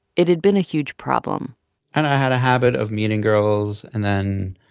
it had been a huge problem and i had a habit of meeting girls and then,